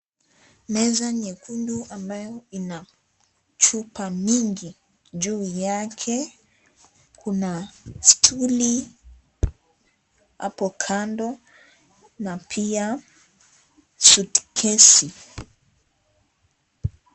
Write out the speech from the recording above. Meza nyekundu ambayo ina chupa mingi juu yake. Kuna stuli, hapo kando, na pia (CS)suitcase(CS).